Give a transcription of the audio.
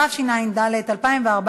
התשע"ד 2014,